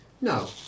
No